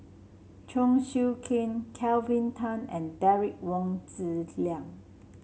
Chong Siew King Kelvin Tan and Derek Wong Zi Liang